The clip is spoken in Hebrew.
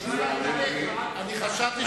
אני חשבתי, שתאמר את דבריך.